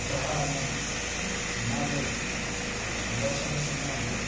ଯାହା ଆମ ସମାଜରେ ଅବସର ସମୟରେ